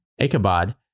Ichabod